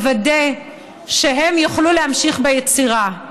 לוודא שהם יוכלו להמשיך ביצירה.